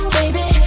baby